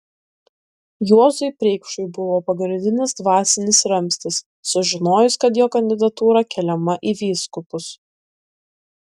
juozui preikšui buvo pagrindinis dvasinis ramstis sužinojus kad jo kandidatūra keliama į vyskupus